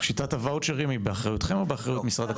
שיטת הוואוצ'רים היא באחריותכם או באחריות משרד הקליטה?